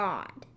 God